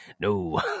No